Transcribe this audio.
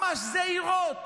ממש זעירות: